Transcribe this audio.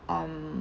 um